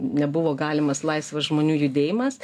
nebuvo galimas laisvas žmonių judėjimas